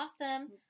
Awesome